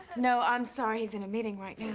no, i'm sorry. he's in a meeting right